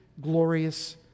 glorious